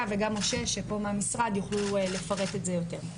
וגם משה מהמשרד יוכלו לפרט את זה יותר.